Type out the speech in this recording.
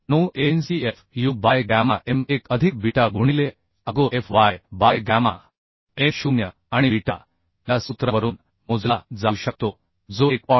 9 AncFu by gamma m 1 अधिक beta गुणिले Ago Fy by gamma m 0 आणि beta या सूत्रावरून मोजला जाऊ शकतो जो 1